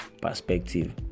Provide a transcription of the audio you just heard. perspective